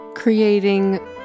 Creating